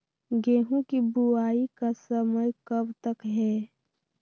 गेंहू की बुवाई का समय कब तक है?